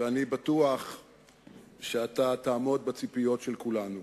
ואני בטוח שאתה תעמוד בציפיות של כולנו.